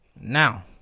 Now